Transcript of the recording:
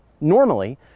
Normally